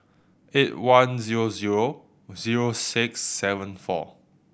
eight one zero zero zero six seven four